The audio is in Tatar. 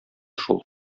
шул